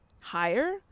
higher